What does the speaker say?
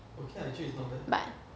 but